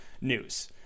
news